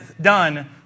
done